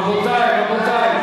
רבותי, רבותי.